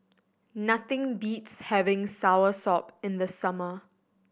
nothing beats having soursop in the summer